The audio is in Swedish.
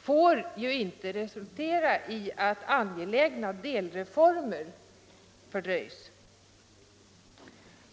får inte resultera i att angelägna delreformer fördröjs.